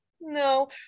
no